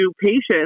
patients